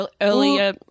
earlier